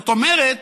זאת אומרת